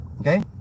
Okay